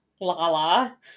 Lala